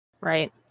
right